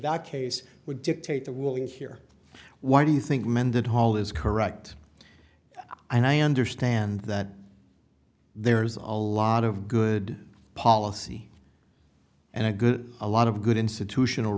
that case would dictate the ruling here why do you think mendenhall is correct i understand that there's a lot of good policy and a good a lot of good institutional